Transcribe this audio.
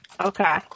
Okay